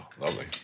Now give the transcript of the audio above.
Lovely